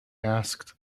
asked